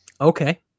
Okay